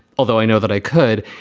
although i know that i could.